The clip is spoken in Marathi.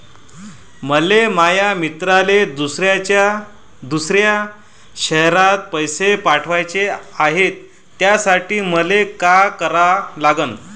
मले माया मित्राले दुसऱ्या शयरात पैसे पाठवाचे हाय, त्यासाठी मले का करा लागन?